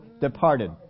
departed